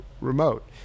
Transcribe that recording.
remote